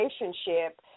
relationship